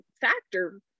factor